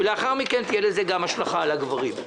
ולאחר מכן תהיה לזה השלכה גם על הגברים.